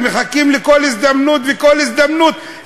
ומחכים לכל הזדמנות וכל הזדמנות,